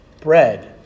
Bread